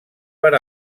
per